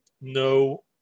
no